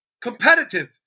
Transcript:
competitive